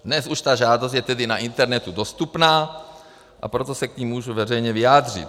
Dnes už je ta žádost tedy na internetu dostupná, a proto se k ní můžu veřejně vyjádřit.